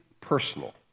personal